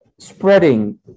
spreading